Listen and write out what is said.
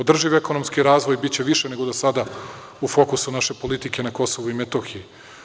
Održiv ekonomski razvoj biće više nego do sada u fokusu naše politike na Kosovu i Metohiji.